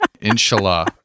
Inshallah